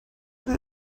they